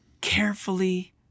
carefully